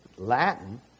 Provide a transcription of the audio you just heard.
Latin